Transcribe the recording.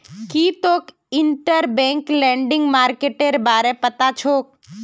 की तोक interbank lending मार्केटेर बारे पता छोक